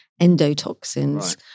endotoxins